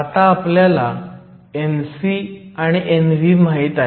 आता आपल्याला Nc आणि Nv माहीत आहे